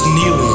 new